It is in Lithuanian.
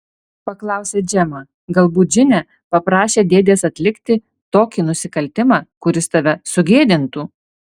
paklausė džemą galbūt džine paprašė dėdės atlikti tokį nusikaltimą kuris tave sugėdintų